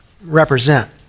represent